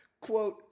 Quote